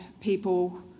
people